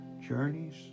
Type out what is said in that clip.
journeys